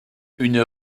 une